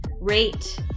rate